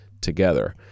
together